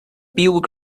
bugle